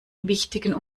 wichtigen